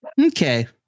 Okay